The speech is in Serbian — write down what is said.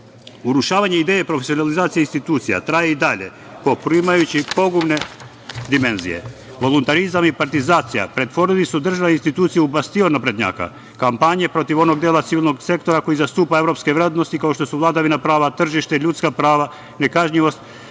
sudstva. Urušavanje ideje profesionalizacije institucija traje i dalje, poprimajući pogubne dimenzije. Voluntarizam i partizacija pretvorili su državne institucije u bastion naprednjaka. Kampanje protiv onog dela civilnog sektora koji zastupa evropske vrednosti kao što su vladavina prava, tržište, ljudska prava, nekažnjivost,